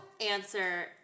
answer